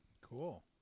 Cool